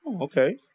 Okay